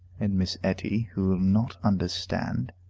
and miss etty, who will not understand.